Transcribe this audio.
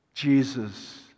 Jesus